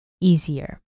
easier